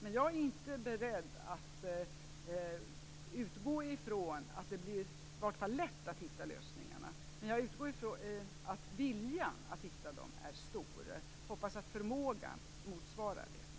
Men jag är inte beredd att utgå från att det blir lätt att finna lösningarna. Men jag utgår från att viljan att finna dem är stor. Jag hoppas att förmågan motsvarar viljan.